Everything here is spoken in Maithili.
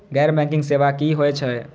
गैर बैंकिंग सेवा की होय छेय?